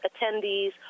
attendees